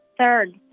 Third